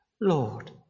Lord